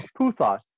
Puthos